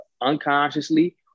unconsciously